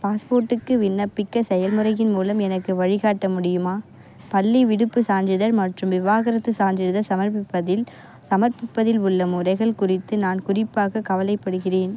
பாஸ்போர்ட்டுக்கு விண்ணப்பிக்க செயல்முறையின் மூலம் எனக்கு வழிகாட்ட முடியுமா பள்ளி விடுப்புச் சான்றிதழ் மற்றும் விவாகரத்துச் சான்றிதழ் சமர்ப்பிப்பதில் சமர்ப்பிப்பதில் உள்ள முறைகள் குறித்து நான் குறிப்பாக கவலைப்படுகிறேன்